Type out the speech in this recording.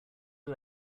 did